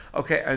okay